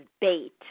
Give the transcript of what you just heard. bait